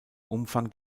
umfang